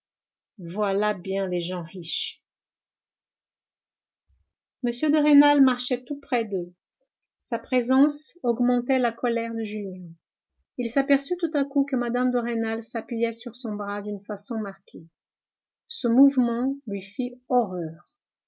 voilà bien les gens riches m de rênal marchait tout près d'eux sa présence augmentait la colère de julien il s'aperçut tout à coup que mme de rênal s'appuyait sur son bras d'une façon marquée ce mouvement lui fit horreur